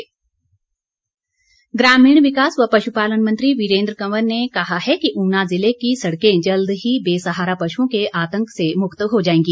वीरेन्द्र कंवर ग्रामीण विकास व पश्पालन मंत्री वीरेन्द्र कंवर ने कहा है कि ऊना ज़िले की सड़कें जल्द ही बेसहारा पशुओं के आतंक से मुक्त हो जाएगी